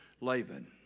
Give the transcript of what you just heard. Laban